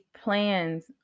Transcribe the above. plans